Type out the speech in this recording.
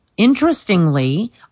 Interestingly